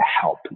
help